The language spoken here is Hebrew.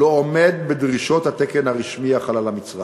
לא עומד בדרישות התקן הרשמי החל על מצרך.